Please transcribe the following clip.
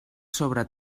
sobre